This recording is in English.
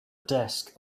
desk